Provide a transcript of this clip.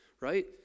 Right